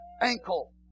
ankle